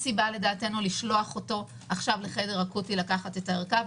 לדעתנו אין סיבה לשלוח אותו עכשיו לחדר אקוטי לקחת את הערכה,